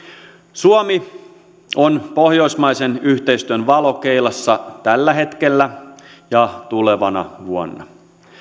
suomi on pohjoismaisen yhteistyön valokeilassa tällä hetkellä ja tulevana vuonna